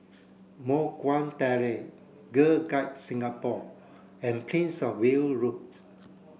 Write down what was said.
Moh Guan Terrace Girl Guides Singapore and Prince Of Wale Roads